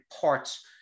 parts